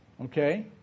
okay